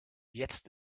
jetzt